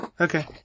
Okay